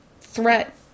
threat